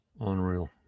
Unreal